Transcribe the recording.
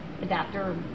adapter